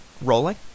rolling